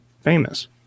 famous